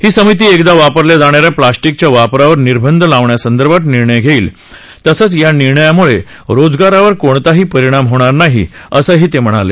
ही समिती एकदा वापरल्या जाणाऱ्या प्लॅस्टिकच्या वापरावर निर्बंध लावण्या संदर्भात निर्णय घेईल तसंच या निर्णयामुळे रोजगारावर कोणताही परिणाम होणार नाही असंही ते म्हणाले